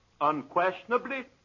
unquestionably